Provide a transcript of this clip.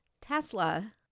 Tesla